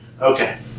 Okay